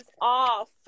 off